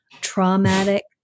traumatic